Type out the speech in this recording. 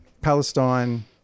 palestine